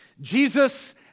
Jesus